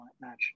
match